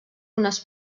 unes